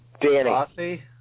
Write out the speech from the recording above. Danny